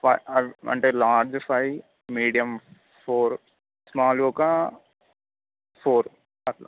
five అంటే large five medium four small ఒక four అట్లా